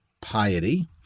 piety